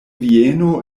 vieno